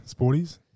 Sporties